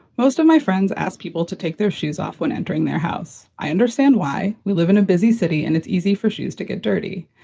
most of my friends ask people to take their shoes off when entering their house. i understand why we live in a busy city and it's easy for shoes to get dirty.